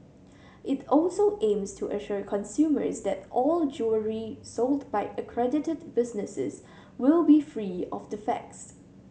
it also aims to assure consumers that all jewellery sold by accredited businesses will be free of defects